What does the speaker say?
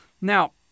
Now